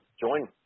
join